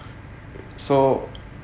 so